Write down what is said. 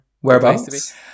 Whereabouts